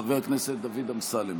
חבר הכנסת דוד אמסלם,